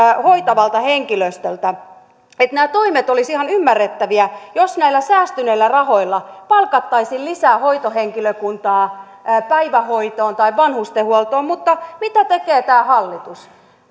hoitavalta henkilöstöltä että nämä toimet olisivat ihan ymmärrettäviä jos näillä säästyneillä rahoilla palkattaisiin lisää hoitohenkilökuntaa päivähoitoon tai vanhustenhuoltoon mutta mitä tekee tämä hallitus